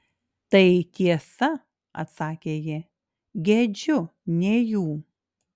tai tiesa atsakė ji gedžiu ne jų